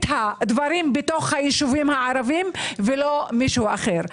הדברים בתוך הישובים הערביים ולא מישהו אחר.